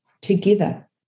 together